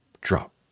drop